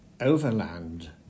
Overland